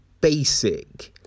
basic